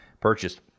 purchased